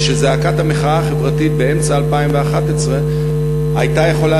ושזעקת המחאה החברתית באמצע 2011 הייתה יכולה